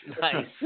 Nice